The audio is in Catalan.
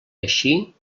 així